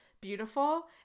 beautiful